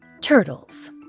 turtles